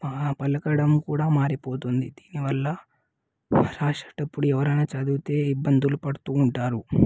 పలకడం కూడా మారిపోతుంది దీనివల్ల రాసేటప్పుడు ఎవరన్నా చదివితే ఇబ్బందులు పడుతు ఉంటారు